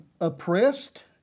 oppressed